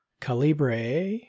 Calibre